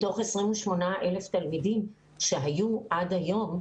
מתוך 28,000 תלמידים שהיו עד היום,